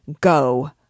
Go